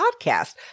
Podcast